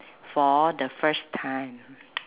for the first time